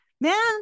Man